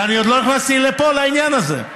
ואני עוד לא נכנסתי פה לעניין הזה,